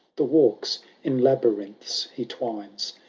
the walks in labyrinths he twines.